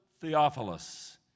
Theophilus